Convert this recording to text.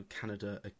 Canada